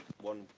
one